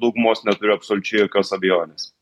daugumos neturiu absoliučiai jokios abejonės